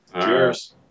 Cheers